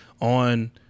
on